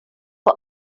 for